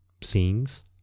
scenes